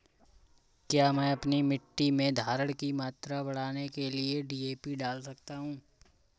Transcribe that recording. क्या मैं अपनी मिट्टी में धारण की मात्रा बढ़ाने के लिए डी.ए.पी डाल सकता हूँ?